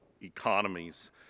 economies